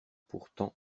pourtant